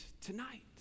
tonight